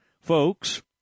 folks